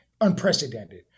unprecedented